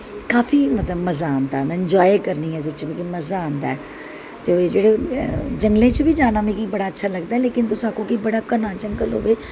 काफी मतलब मिगी मजा आंदा ऐ इंजाए करनी आं बीचीस पर मजां आंदा ऐ ते जेह्ड़े जंगलें च जाना बी मिगी अच्चा लगदा लेकिन तुस आक्खो कि बड़ा घना जंगल होऐ